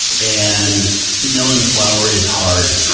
and milling flour is hard.